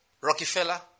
Rockefeller